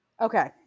okay